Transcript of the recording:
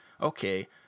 okay